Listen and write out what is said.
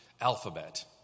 alphabet